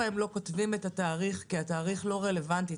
לא כותבים את התאריך כי התאריך לא רלוונטי,